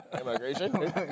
Immigration